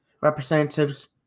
Representatives